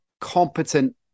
competent